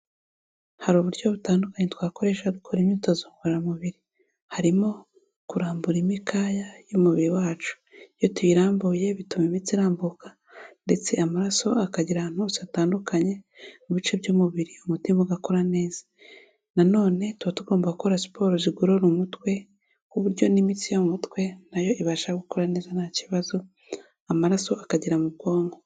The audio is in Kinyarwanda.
Hari uburyo butandukanye twakoresha dukora imyitozo ngororamubiri, harimo kurambura imikaya y'umubiri wacu, iyo tuyirambuye bituma imitsi irambuka ndetse amaraso akagera ahantu hose hatandukanye mu bice by'umubiri, umutima ugakora neza; nanone tuba tugomba gukora siporo zigorora umutwe, ku buryo n'imitsi yo mu mutwe na yo ibasha gukora neza nta kibazo, amaraso akagera mu bwonko.